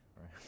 right